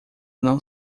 não